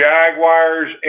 Jaguars